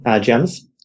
gems